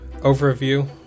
overview